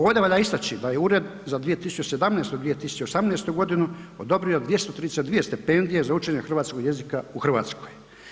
Ovde valja istači da je ured za 2017. – 2018. godinu odobrio 232 stipendije za učenje hrvatskog jezika u Hrvatskoj.